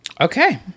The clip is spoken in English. Okay